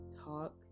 talk